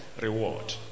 Reward